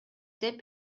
деп